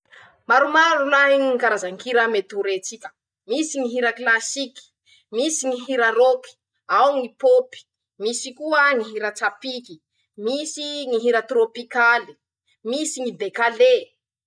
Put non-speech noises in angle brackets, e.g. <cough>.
Maromaro rolahy ñy karazan-kira mety ho retsika: -Misy ñy hira kilasiky, misy ñy hira rôky, ao ñy pôpy, misy koa ñy hira tsapiky, misy ñy hira trôpikaly, misy ñy dekalé.. <shushes>